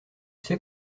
sais